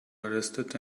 arrested